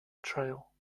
trail